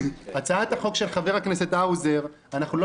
הצעת החוק של חבר הכנסת האוזר אנחנו לא